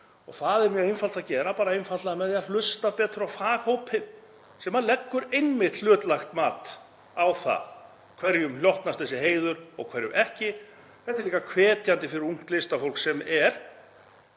Það er mjög einfalt að gera einfaldlega með því að hlusta betur á faghópinn sem leggur einmitt hlutlægt mat á það hverjum hlotnast þessi heiður og hverjum ekki. Þetta er líka hvetjandi fyrir ungt listafólk sem er